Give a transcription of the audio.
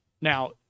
Now